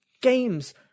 games